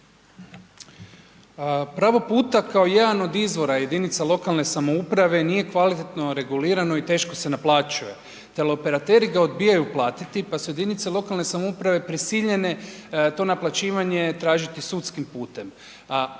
Pravo puta kao jedan od izvora jedinica lokalne samouprave nije kvalitetno regulirano i teško se naplaćuje. Teleoperateri ga odbijaju platiti pa su jedinice lokalne samouprave prisiljene to naplaćivanje tražiti sudskim putem.